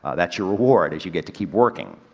that's your reward is you get to keep working.